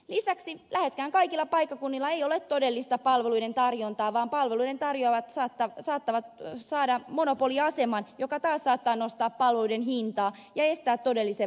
lisäksi läheskään kaikilla paikkakunnilla ei ole todellista palveluiden tarjontaa vaan palveluiden tarjoajat saattavat saada monopoliaseman joka taas saattaa nostaa palveluiden hintaa ja estää todellisen valinnan mahdollisuuden